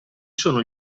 sono